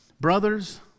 Brothers